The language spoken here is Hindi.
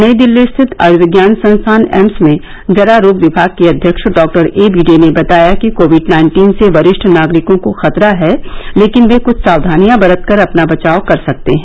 नई दिल्ली रिथत आयूर्विज्ञान संस्थान एम्स में जरा रोग विभाग के अध्यक्ष डॉ ए बी डे ने बताया कि कोविड नाइन्टीन से वरिष्ठ नागरिकॉ को खतरा है लेकिन वे कुछ साक्वानियां बरत कर अपना बचाव कर सकते हैं